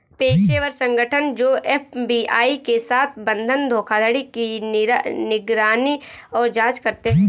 पेशेवर संगठन जो एफ.बी.आई के साथ बंधक धोखाधड़ी की निगरानी और जांच करते हैं